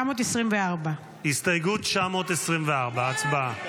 924. הסתייגות 924, הצבעה.